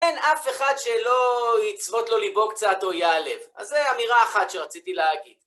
אין אף אחד שלא יצבוט לו ליבו קצת או יעלב. אז זו אמירה אחת שרציתי להגיד.